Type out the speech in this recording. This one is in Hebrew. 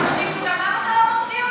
למה אתה לא מוציא אותו?